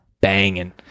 banging